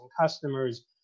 customers